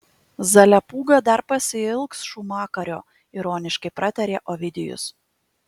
zalepūga dar pasiilgs šūmakario ironiškai pratarė ovidijus